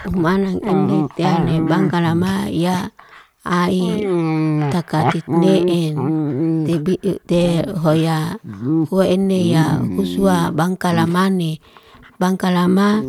umanang emde teane bangkala maya a'i. Taka titni en tebi'te hoyaa. Hua ene ya huswa bangkala mane. Bangkala ma